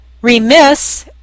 remiss